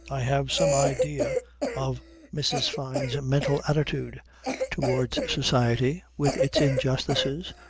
i have some idea of mrs. fyne's mental attitude towards society with its injustices,